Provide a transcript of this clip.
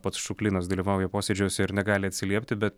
pats šuklinas dalyvauja posėdžiuose ir negali atsiliepti bet